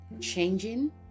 changing